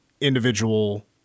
individual